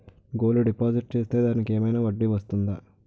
Gold deposit చేస్తే దానికి ఏమైనా వడ్డీ వస్తుందా?